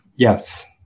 Yes